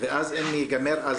ואז אם ייגמר,